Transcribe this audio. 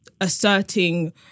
asserting